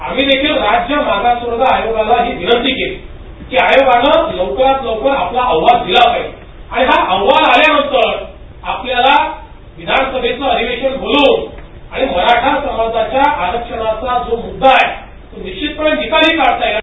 आम्ही देखील राज्य मागासवर आयोगाला ही विनंती केली कि आयोगाने लवकरात लवकर अहवाल दिला पाहिजे आणि हा अहवाल आल्यानंतर आपल्याला विधानसभेचे अधिवेशन बोलावून आणि मराठा समाजाच्या आरक्षणाचा जो मुद्दा आहे तो निश्चितपणे निकाली काढता येईल